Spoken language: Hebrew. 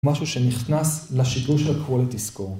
משהו שנכנס לשיתוף של Quality Score